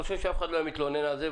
אני חושב שאף אחד לא היה מתלונן על זה,